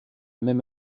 même